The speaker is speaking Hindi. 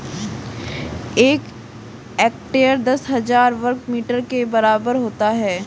एक हेक्टेयर दस हज़ार वर्ग मीटर के बराबर होता है